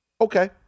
Okay